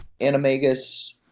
animagus